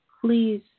please